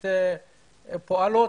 פועלות.